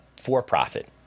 for-profit